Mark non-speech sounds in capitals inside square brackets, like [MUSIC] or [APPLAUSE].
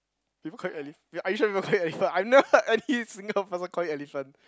people call you Ally are you sure people call you elephant [LAUGHS] I never heard any single person call you elephant